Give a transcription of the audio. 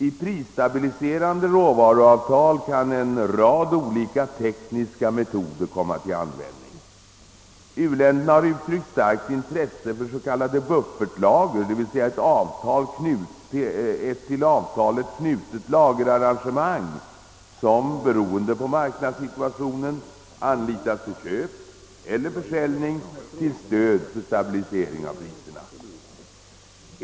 I prisstabiliserande råvaruavtal kan en rad olika tekniska metoder komma till användning. U-länderna har uttryckt starkt intresse för s.k. buffertlager, d.v.s. ett till avtalet knutet lagerarrangemang som, beroende på marknadssituationen, anlitas för köp eller försäljning till stöd för stabilisering av priserna.